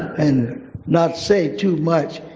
and not say too much,